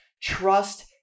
trust